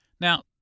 Now